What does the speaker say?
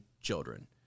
children